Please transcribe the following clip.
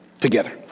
together